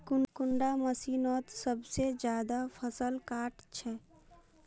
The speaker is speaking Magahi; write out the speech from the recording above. कुंडा मशीनोत सबसे ज्यादा फसल काट छै?